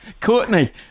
Courtney